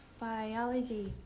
biology.